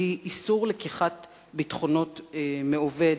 והיא איסור לקיחת ביטחונות מעובד,